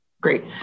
Great